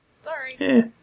Sorry